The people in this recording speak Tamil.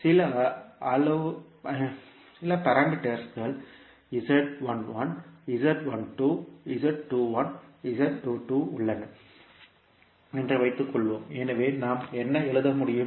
சில அளவுருக்கள் உள்ளன என்று வைத்துக்கொள்வோம் எனவே நாம் என்ன எழுத முடியும்